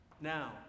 Now